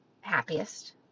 Happiest